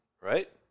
right